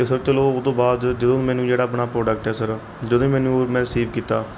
ਅਤੇ ਸਰ ਚਲੋ ਉਹ ਤੋਂ ਬਾਅਦ ਜ ਜਦੋਂ ਮੈਨੂੰ ਜਿਹੜਾ ਆਪਣਾ ਪ੍ਰੋਡਕਟ ਹੈ ਸਰ ਜਦੋਂ ਮੈਨੂੰ ਮੈਂ ਰਸੀਵ ਕੀਤਾ